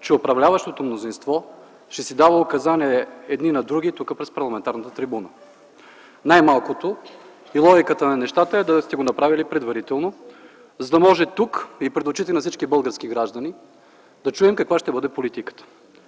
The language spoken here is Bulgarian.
че управляващото мнозинство ще си дава указания едни на други тук, пред парламентарната трибуна. Най-малкото логиката на нещата е това да сте го направили предварително, за да може тук и пред очите на всички български граждани да чуем каква ще бъде политиката.